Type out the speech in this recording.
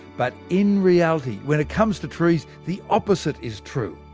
but in reality, when it comes to trees, the opposite is true.